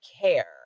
Care